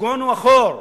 נסוגונו אחור.